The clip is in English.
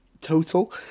total